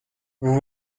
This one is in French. vous